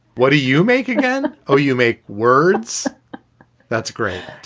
what do you make again? oh, you make words that's great.